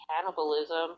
cannibalism